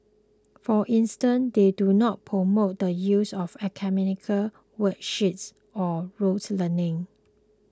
for instance they do not promote the use of academic worksheets or rotes learning